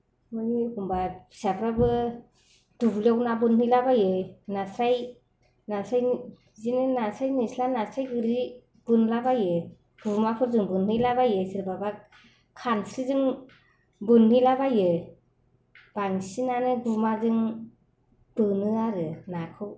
माने एखम्बा फिसाफ्राबो दुब्लियाव ना बोनहैलाबायो नास्राय नास्राय बिदिनो नास्राय निस्ला नास्राय गोरि बोनलाबायो गुमाफोरजों बोनहैलाबायो सोरबाबा खानस्रिजों बोनहैलाबायो बांसिनानो गुमाजों बोनो आरो नाखौ